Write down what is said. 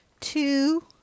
two